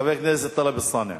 חבר הכנסת טלב אלסאנע,